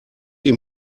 ihm